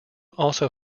also